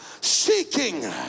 seeking